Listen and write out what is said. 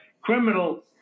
criminal